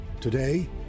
Today